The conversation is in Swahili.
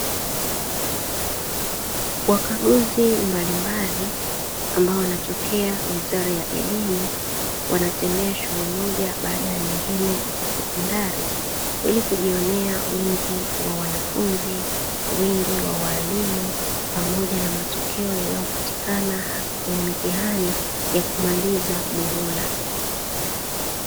Wakaguzi mbalimbali ambao wanatokea wizara ya elimu wanatembea shule moja baada ya nyingine za sekondari, ili kujionea wingi wa wanafunzi wingi wa walimu pamoja na matokeo yanayaopatikana hasa kwenye mitihani ya kumaliza muhula.